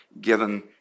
given